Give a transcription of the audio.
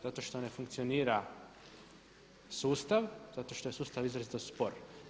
Zato što ne funkcionira sustav, zato što je sustav izrazito spor.